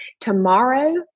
Tomorrow